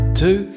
two